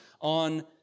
on